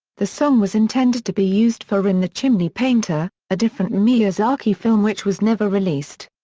the song was intended to be used for rin the chimney painter, a different miyazaki film which was never released.